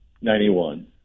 Ninety-one